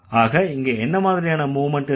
ஆக இங்க என்ன மாதிரியான மூவ்மெண்ட் இருக்கு